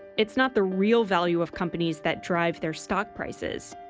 it's not the real value of companies that drive their stock prices.